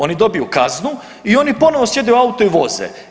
Oni dobiju kaznu i oni ponovno sjednu u auto i voze.